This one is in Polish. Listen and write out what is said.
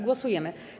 Głosujemy.